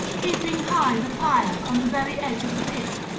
heaping high the pyre on the very edge of the pit.